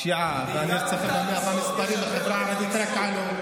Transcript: הפשיעה והנרצחים והמספרים בחברה הערבית רק עלו.